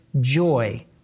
joy